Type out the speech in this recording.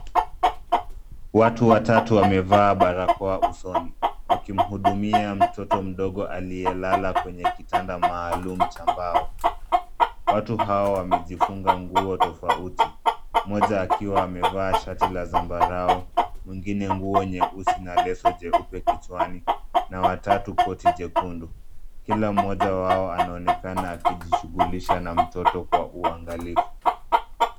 Watu watatu wamevaa barakoa usoni wakimhudumia mtoto mdogo aliyelala kwenye kitanda maalum cha mbao. Watu hao wamejifunga nguo tofauti moja akiwa amevaa shati la zambarau ,mwingine nguo nyeusi na leso jeupe kichwani na watatu koti jekundu. Kila mmoja wao anaonekana akijishughulisha na mtoto kwa uangalifu.